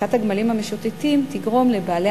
הרחקת הגמלים המשוטטים תגרום לבעלי